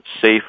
safe